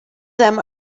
them